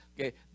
Okay